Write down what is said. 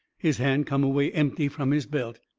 his hand come away empty from his belt.